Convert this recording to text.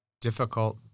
difficult